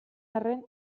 arren